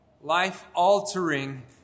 life-altering